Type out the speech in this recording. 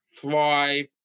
thrive